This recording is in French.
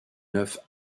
neuf